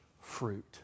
fruit